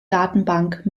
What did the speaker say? datenbank